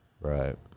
Right